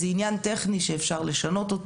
זה עניין טכני שאפשר לשנות,